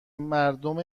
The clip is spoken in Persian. مردم